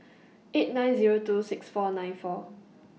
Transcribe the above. eight nine Zero two six four nine four